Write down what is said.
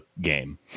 game